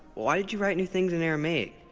why did you write new things in aramaic?